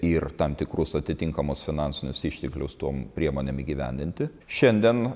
ir tam tikrus atitinkamus finansinius išteklius tom priemonėm įgyvendinti šiandien